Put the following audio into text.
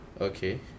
Okay